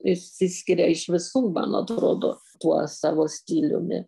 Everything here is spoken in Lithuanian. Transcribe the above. išsiskiria iš visų man atrodo tuo savo stiliumi